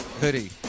hoodie